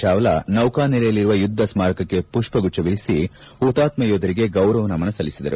ಚಾವ್ಲಾ ನೌಕಾನೆಲೆಯಲ್ಲಿರುವ ಯುದ್ದ ಸ್ಕಾರಕಕ್ಕೆ ಪುಪ್ಪಗುಚ್ದವಿರಿಸಿ ಹುತಾತ್ನ ಯೋಧರಿಗೆ ಗೌರವ ನಮನ ಸಲ್ಲಿಸಿದರು